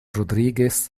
rodríguez